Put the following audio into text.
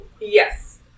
Yes